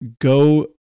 go